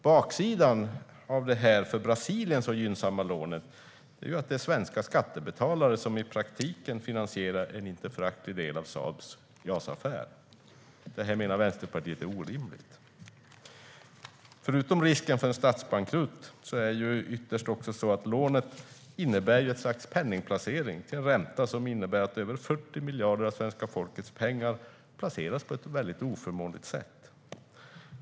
Baksidan av detta för Brasilien så gynnsamma lån är att det är svenska skattebetalare som i praktiken finansierar en inte föraktlig del av Saabs JAS-affär. Detta menar Vänsterpartiet är orimligt. Förutom risken för en statsbankrutt är det ju också så att lånet ytterst innebär ett slags penningplacering. Det innebär att över 40 miljarder av svenska folkets pengar placeras på ett väldigt oförmånligt sätt.